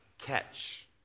catch